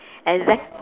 exact